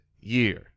year